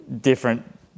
Different